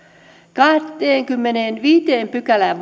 kahdenteenkymmenenteenviidenteen pykälään